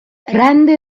rende